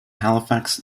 halifax